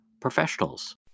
Professionals